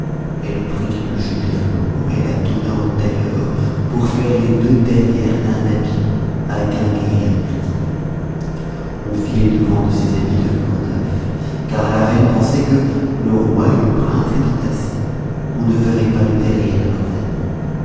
elle prit une jupe de velours et la donna aux tailleurs pour faire les deux derrières d'un habit à guinguet et à mirtil on fit les devants de ces habits de velours neuf car la reine pensait que le roi et le prince étant assis on ne verrait pas le derrière de leurs habits